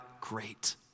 Great